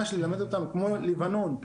כמו לבנון,